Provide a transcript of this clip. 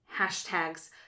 hashtags